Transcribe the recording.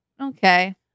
okay